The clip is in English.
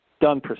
done